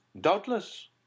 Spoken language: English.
doubtless